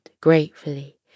gratefully